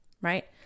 right